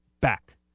back